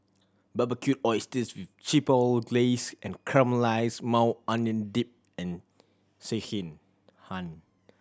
Barbecued Oysters with Chipotle Glaze and Caramelized Maui Onion Dip and Sekihan